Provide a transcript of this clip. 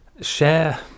share